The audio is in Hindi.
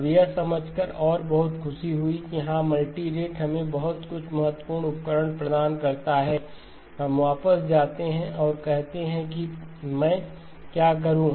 अब यह समझकर और बहुत खुशी हुई कि हाँ मल्टीरेट हमें कुछ महत्वपूर्ण उपकरण प्रदान करता है हम वापस जाते हैं और कहते हैं कि मैं क्या करूँ